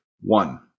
one